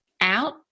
out